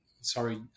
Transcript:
sorry